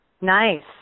Nice